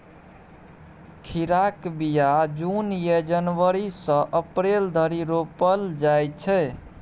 खीराक बीया जुन या जनबरी सँ अप्रैल धरि रोपल जाइ छै